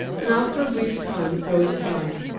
and after a brief time throw it aside.